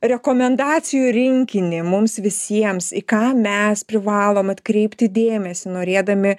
rekomendacijų rinkinį mums visiems į ką mes privalom atkreipti dėmesį norėdami